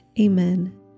Amen